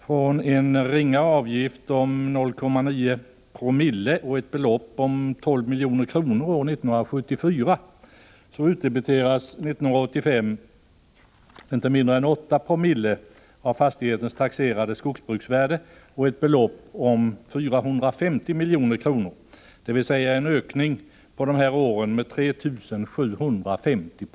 Från att ha varit en ringa avgift om 0,9 Joo och ett belopp om 12 milj.kr. år 1974 utdebiteras 1985 inte mindre än 8 Jo av fastighetens taxerade skogsbruksvärde och ett belopp om 450 milj.kr. Det är en ökning under dessa år med 3 750 96.